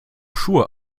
schuhe